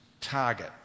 target